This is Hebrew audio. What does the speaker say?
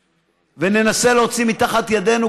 וננסה להוציא מתחת ידינו,